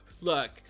Look